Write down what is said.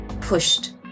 pushed